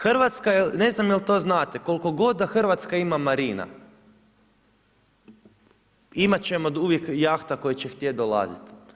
Hrvatska je, ne znam jel' to znate, koliko god da Hrvatska ima marina, imat ćemo uvijek jahta koje će htjeti dolaziti.